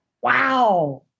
Wow